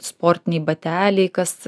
sportiniai bateliai kas